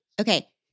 okay